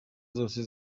zazo